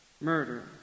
murder